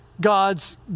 God's